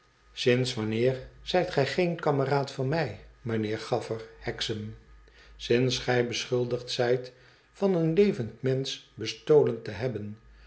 sinds wanneer zijt gij geen kameraad van mij mijnheer gaflfer hexam t sinds gij beschuldigd zijt van een levend mensch bestolen te hebben